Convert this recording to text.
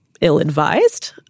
ill-advised